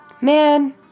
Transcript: man